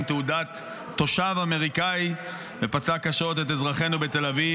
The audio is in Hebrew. תעודת תושב אמריקאי ופצע קשות את אזרחינו בתל אביב,